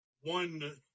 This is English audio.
one